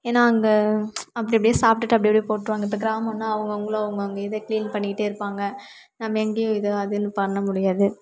ஏன்னா அங்கே அப்படி அப்டியே சாப்ட்டுட்டு அப்பப்டியே போட்டுருவாங்க இப்போ கிராமன்னா அவங்கவுங்களும் அவங்கவுங்க இதே க்ளீன் பண்ணிக்கிட்டு இருப்பாங்க நம்ம எங்கேயும் இது அதுன்னு பண்ண முடியாது